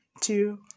two